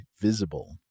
Visible